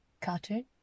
cartoon